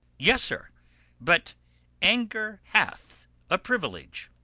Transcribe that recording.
yes, sir but anger hath a privilege.